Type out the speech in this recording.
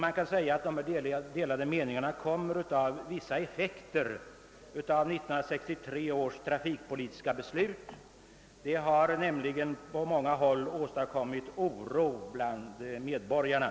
Dessa delade meningar kan sägas bero på vissa effekter av 1963 års trafikpolitiska beslut som på många håll åstadkommit oro bland medborgarna.